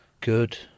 Good